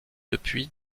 depuis